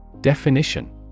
Definition